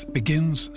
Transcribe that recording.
begins